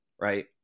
right